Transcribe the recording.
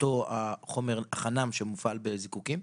מאותו חומר נפץ שמופעל בזיקוקין?